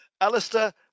Alistair